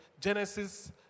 Genesis